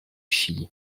chili